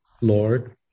Lord